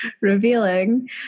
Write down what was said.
revealing